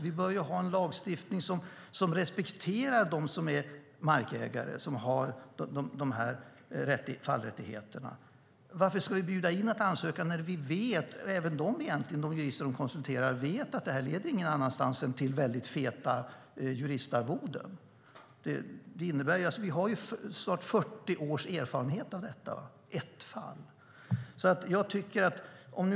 Vi bör ju ha en lagstiftning som respekterar dem som är markägare och har de här fallrättigheterna. Varför ska vi bjuda in till att ansöka när vi, och även de jurister som de konsulterar, vet att det här inte leder någon annanstans än till väldigt feta juristarvoden? Vi har snart 40 års erfarenhet av detta - ett fall.